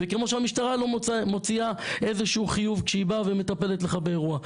וכמו שהמשטרה לא מוציאה איזשהו חיוב כשהיא באה ומטפלת לך באירוע.